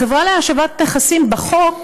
החברה להשבת נכסים, בחוק,